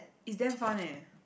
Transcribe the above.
it's damn fun eh